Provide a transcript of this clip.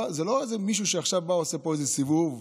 זה לא מישהו שעכשיו בא ועושה פה איזשהו סיבוב.